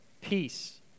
peace